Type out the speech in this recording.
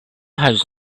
has